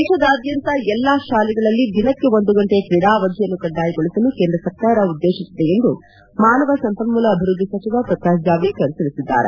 ದೇಶದಾದ್ಯಂತ ಎಲ್ಲ ಶಾಲೆಗಳಲ್ಲಿ ದಿನಕ್ಕೆ ಒಂದು ಗಂಟೆ ಕ್ರೀಡಾ ಅವಧಿಯನ್ನು ಕಡ್ಡಾಯಗೊಳಿಸಲು ಕೇಂದ್ರ ಸರ್ಕಾರ ಉದ್ದೇಶಿಸಿದೆ ಎಂದು ಮಾನವ ಸಂಪನ್ಮೂಲ ಅಭಿವೃದ್ಧಿ ಸಚಿವ ಪ್ರಕಾಶ್ ಜಾವಡೇಕರ್ ತಿಳಿಸಿದ್ದಾರೆ